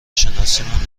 شناسیمون